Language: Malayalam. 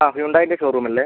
ആ ഹ്യുണ്ടായീൻ്റെ ഷോറൂമല്ലേ